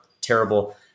terrible